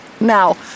Now